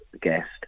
guest